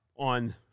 on